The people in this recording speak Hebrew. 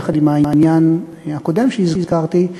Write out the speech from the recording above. יחד עם העניין הקודם שהזכרתי,